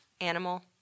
animal